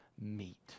meet